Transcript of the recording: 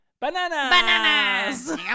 Bananas